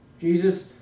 Jesus